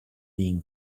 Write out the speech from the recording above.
being